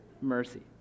mercy